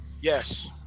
Yes